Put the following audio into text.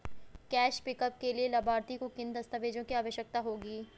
Cash pickup के लिए लाभार्थी को किन दस्तावेजों की आवश्यकता होगी?